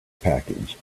package